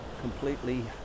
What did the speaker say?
completely